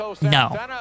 No